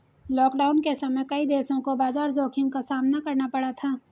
lockdown के समय कई देशों को बाजार जोखिम का सामना करना पड़ा था